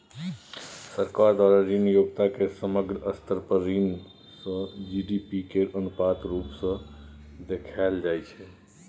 सरकार द्वारा ऋण योग्यता केर समग्र स्तर पर ऋण सँ जी.डी.पी केर अनुपात रुप सँ देखाएल जाइ छै